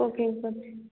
ஓகேங்க கோச்